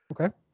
Okay